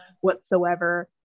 whatsoever